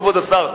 כבוד השר,